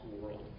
world